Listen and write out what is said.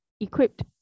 equipped